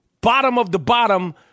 bottom-of-the-bottom